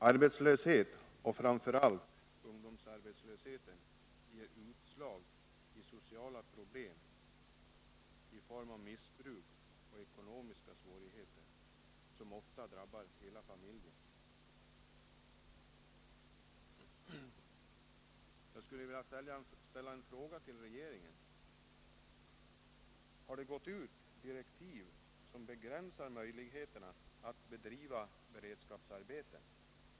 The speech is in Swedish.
Arbetslöshet och framför allt ungdomsarbetslöshet ger utslag i sociala problem i form av missbruk och ekonomiska svårigheter, som ofta drabbar hela familjen. Jag skulle vilja ställa en fråga till regeringen: Har det gått ut direktiv som begränsar möjligheterna att bedriva beredskapsarbeten?